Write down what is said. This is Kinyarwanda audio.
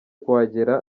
kuhagera